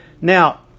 Now